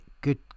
good